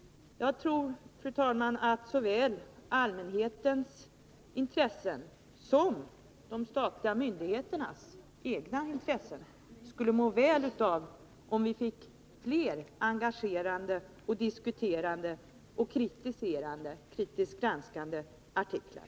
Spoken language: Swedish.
Jag tror, fru talman, att såväl allmänhetens intressen som de statliga myndigheternas egna intressen skulle må väl av att vi fick fler engagerande, diskuterande och kritiskt granskande artiklar.